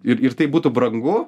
ir ir tai būtų brangu